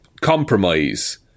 compromise